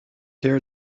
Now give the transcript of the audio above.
here